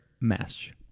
mesh